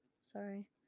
Sorry